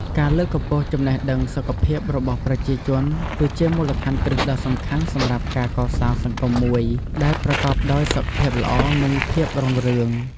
ការលើកកម្ពស់ចំណេះដឹងសុខភាពរបស់ប្រជាជនគឺជាមូលដ្ឋានគ្រឹះដ៏សំខាន់សម្រាប់ការកសាងសង្គមមួយដែលប្រកបដោយសុខភាពល្អ និងភាពរុងរឿង។